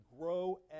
grow